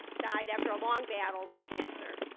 died after a long battle with cancer.